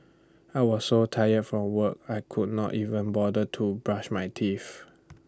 I was so tired from work I could not even bother to brush my teeth